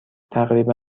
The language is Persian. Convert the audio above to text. تقریبا